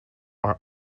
are